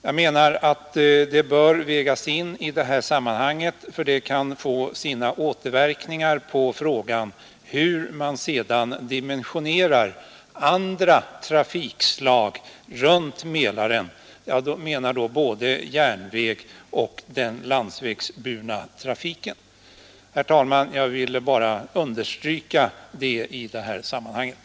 Jag menar att det bör vägas in i det här sammanhanget eftersom det kan få sina återverkningar på frågan hur man sedan dimensionerar andra trafikslag runt Mälaren — både järnvägarna och den landsvägsburna trafiken. Herr talman! Jag ville bara understryka detta i det här sammanhanget.